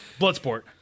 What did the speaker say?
Bloodsport